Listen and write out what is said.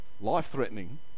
life-threatening